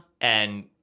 And-